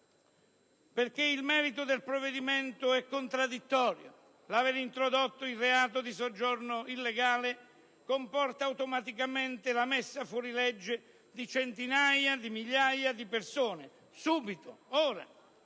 perché il merito del provvedimento è contraddittorio. L'aver introdotto il reato di soggiorno illegale comporta automaticamente la messa fuori legge di centinaia di migliaia di persone, subito, ora.